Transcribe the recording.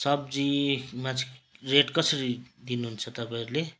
सब्जीमा चाहिँ रेट कसरी दिनुहुन्छ तपाईँहरूले